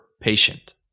patient